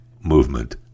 movement